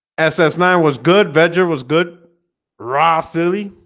s s nine was good venture was good raah, silly